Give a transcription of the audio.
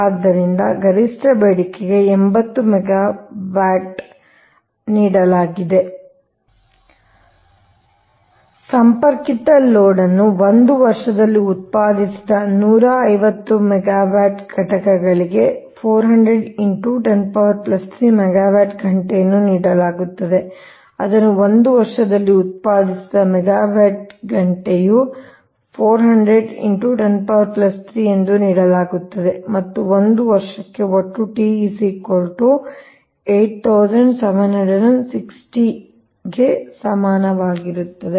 ಆದ್ದರಿಂದ ಗರಿಷ್ಠ ಬೇಡಿಕೆಗೆ 80 ಮೆಗಾವ್ಯಾಟ್ ನೀಡಲಾಗಿದೆ ಸಂಪರ್ಕಿತ ಲೋಡ್ ಅನ್ನು 1 ವರ್ಷದಲ್ಲಿ ಉತ್ಪಾದಿಸಿದ 150 ಮೆಗಾವ್ಯಾಟ್ ಘಟಕಗಳಿಗೆ 400103 ಮೆಗಾವ್ಯಾಟ್ ಗಂಟೆಯನ್ನು ನೀಡಲಾಗುತ್ತದೆ ಅದನ್ನು ಒಂದು ವರ್ಷದಲ್ಲಿ ಉತ್ಪಾದಿಸಿದ ಮೆಗಾವ್ಯಾಟ್ ಗಂಟೆಯು 400103 ಎಂದು ನೀಡಲಾಗುತ್ತದೆ ಮತ್ತು ಒಂದು ವರ್ಷಕ್ಕೆ ಒಟ್ಟು T8760 ಗೆ ಸಮಾನವಾಗಿರುತ್ತದೆ